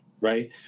Right